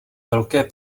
velké